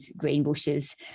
greenbushes